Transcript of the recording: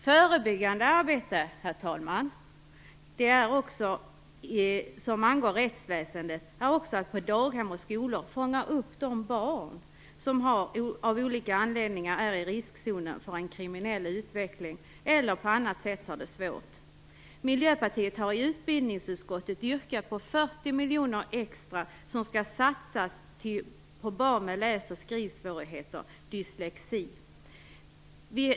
Förebyggande arbete som angår rättsväsendet, herr talman, är också att på daghem och skolor fånga upp de barn som av olika anledningar är i riskzonen för en kriminell utveckling eller på annat sätt har det svårt. Miljöpartiet har i utbildningsutskottet yrkat på 40 miljoner extra, som skall satsas på barn med läs och skrivsvårigheter - dyslexi.